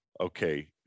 okay